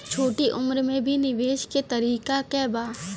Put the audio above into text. छोटी उम्र में भी निवेश के तरीका क बा?